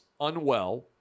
unwell